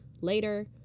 later